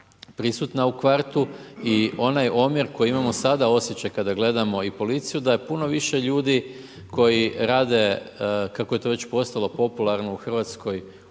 prisutna u kvartu i onaj omjer koji ima sada osjećaj kada gledamo policiju, da je puno više ljudi koji rade, kako je to već postalo popularno u Hrvatskoj,